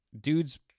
Dude's